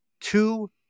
two